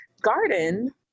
garden